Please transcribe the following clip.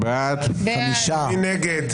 מי נגד?